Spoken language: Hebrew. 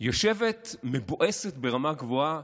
יושבת מבואסת ברמה גבוהה